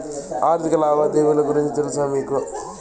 ఆర్థిక లావాదేవీల గురించి తెలుసా మీకు